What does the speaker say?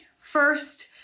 first